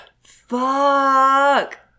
Fuck